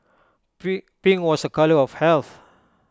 pink was A colour of health